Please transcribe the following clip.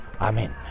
Amen